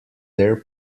their